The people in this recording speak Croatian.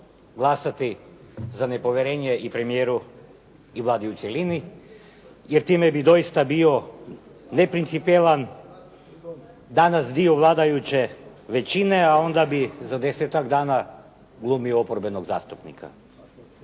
glasati za nepovjerenje i premijeru i Vladi u cjelini jer time bih doista bio neprincipijelan danas dio vladajuće većine a onda bi za desetak dana glumio oporbenog zastupnika.